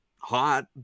hot